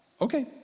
okay